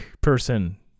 person